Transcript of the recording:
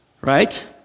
right